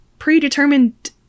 predetermined